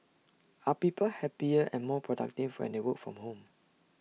are people happier and more productive and they work from home